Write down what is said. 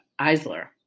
Eisler